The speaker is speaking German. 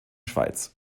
schweiz